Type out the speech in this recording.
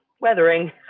weathering